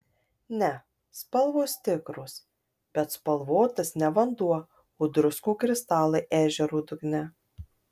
ne spalvos tikros bet spalvotas ne vanduo o druskų kristalai ežero dugne